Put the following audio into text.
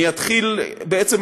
בעצם,